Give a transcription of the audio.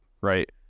right